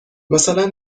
مثلا